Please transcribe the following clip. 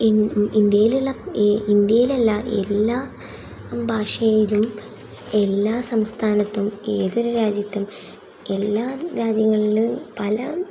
E ഇ India ഇന്ത്യയിലുള്ള ഇന്ത്യയിലില്ല എല്ലാ ഭാഷയിലും എല്ലാ സംസ്ഥാനത്തും ഏതൊരു രാജ്യത്തും എല്ലാ രാജ്യങ്ങളിലും പല